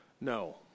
No